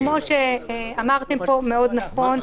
כמו שאמרתם פה מאוד נכון,